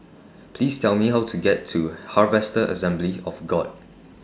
Please Tell Me How to get to Harvester Assembly of God